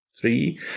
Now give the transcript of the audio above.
three